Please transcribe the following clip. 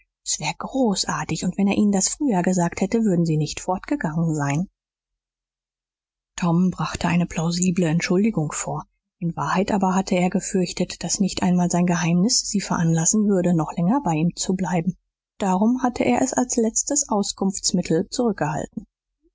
s wäre großartig und wenn er ihnen das früher gesagt hätte würden sie nicht fortgegangen sein tom brachte eine plausible entschuldigung vor in wahrheit aber hatte er gefürchtet daß nicht einmal sein geheimnis sie veranlassen würde noch länger bei ihm zu bleiben und darum hatte er es als letztes auskunftsmittel zurückgehalten